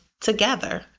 together